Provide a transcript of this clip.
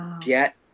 get